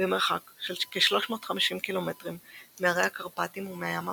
במרחק של כ-350 קילומטרים מהרי הקרפטים ומהים הבלטי.